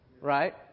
right